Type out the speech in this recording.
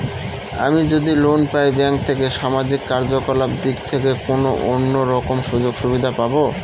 আমি যদি লোন পাই ব্যাংক থেকে সামাজিক কার্যকলাপ দিক থেকে কোনো অন্য রকম সুযোগ সুবিধা পাবো?